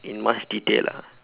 in much detail ah